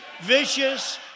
vicious